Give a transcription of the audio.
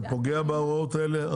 זה פוגע בהוראות האלה?